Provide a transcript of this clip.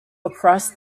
across